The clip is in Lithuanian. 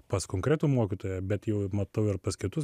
pas konkretų mokytoją bet jau matau ir pas kitus